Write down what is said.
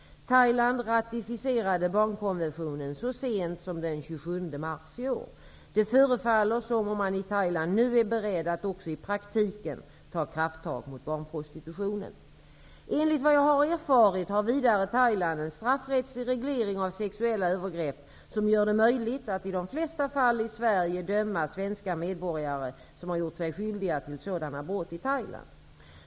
Thailand ratificerade barnkonventionen så sent som den 27 mars i år. Det förefaller som om man i Thailand nu är beredd att också i praktiken ta krafttag mot barnprostitutionen. Enligt vad jag har erfarit har vidare Thailand en straffrättslig reglering av sexuella övergrepp som gör det möjligt att i de flesta fall i Sverige döma svenska medborgare som har gjort sig skyldiga till sådana brott i Thailand.